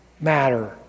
matter